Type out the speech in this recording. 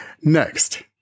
Next